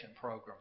program